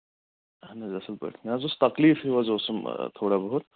اَہن حظ اَصٕل پٲٹھۍ مےٚ حظ اوس تَکلیٖف ہیٚو حظ اوسُم تھوڑا بہت